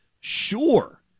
sure